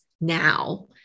now